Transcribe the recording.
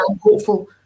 hopeful